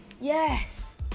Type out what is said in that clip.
Yes